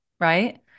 right